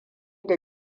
da